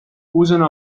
usano